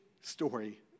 story